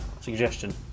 suggestion